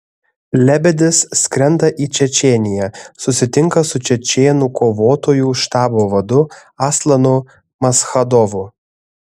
lebedis skrenda į čečėniją susitinka su čečėnų kovotojų štabo vadu aslanu maschadovu